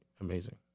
amazing